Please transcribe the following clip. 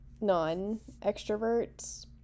non-extroverts